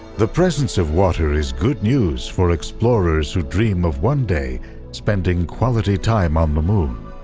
the presence of water is good news for explorers who dream of one day spending quality time on the moon.